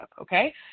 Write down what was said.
okay